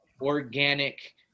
organic